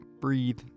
breathe